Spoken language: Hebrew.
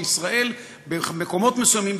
שישראל במקומות מסוימים,